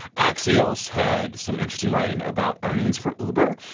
axios had some interesting writing about earnings for uber.